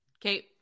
Kate